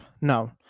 no